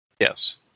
Yes